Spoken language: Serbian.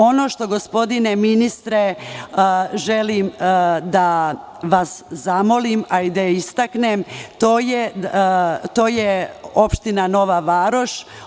Ono što, gospodine ministre, želim da vas zamolim, a i da istaknem, to je opština Nova Varoš.